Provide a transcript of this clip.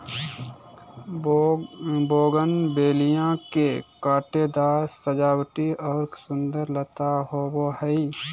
bougainvillea के कांटेदार सजावटी और सुंदर लता होबा हइ